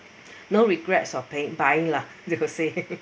no regrets of paying buying lah they will say